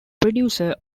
producer